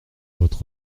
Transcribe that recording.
votre